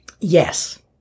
Yes